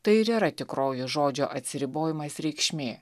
tai ir yra tikroji žodžio atsiribojimas reikšmė